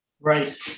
right